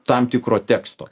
tam tikro teksto